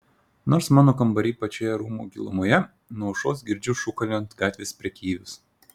nors mano kambariai pačioje rūmų gilumoje nuo aušros girdžiu šūkaliojant gatvės prekeivius